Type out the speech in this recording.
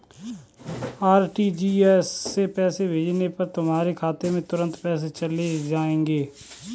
RTGS से पैसे भेजने पर तुम्हारे खाते में तुरंत पैसे चले जाएंगे